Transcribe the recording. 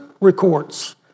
records